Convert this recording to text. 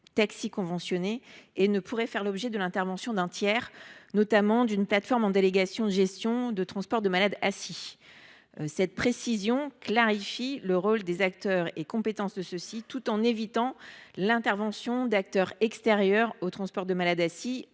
taxi conventionné et qu’il ne peut faire l’objet de l’intervention d’un tiers, notamment d’une plateforme en délégation de gestion de transport de malades assis. Cette précision vise à clarifier le rôle des acteurs et leurs compétences et à éviter l’intervention d’acteurs extérieurs au secteur du transport de malades assis